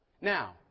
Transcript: Now